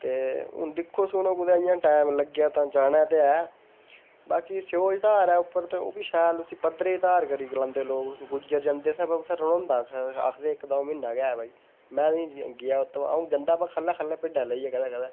ते हून दिक्खो सुनो कुदै इं'या टैम लग्गेआ ते जाना ते ऐ ते बाकी सियोज धार ऐ उप्पर ते उसी बी पद्धरे धार करी गलांदे लोग ते गुज्जर जंदे ते आखदे उत्थें रन्होंदा इक्क दौं म्हीना गै में निं गेआ पर गेआ ख'ल्लें ख'ल्लें भिड्डां लेइयै कदें